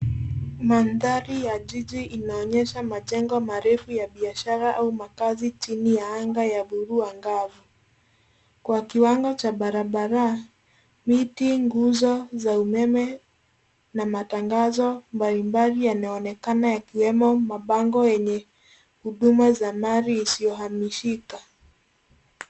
Mandhari ya jiji inaonyesha majengo marefu ya biashara au makazi chini ya anga ya bluu angavu. Kwa kiwango cha barabara, miti, nguzo za umeme na matangazo mbalimbali yanaonekana yakiwemo mabango yenye huduma za mali isiyohamishika.